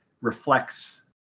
reflects